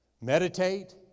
meditate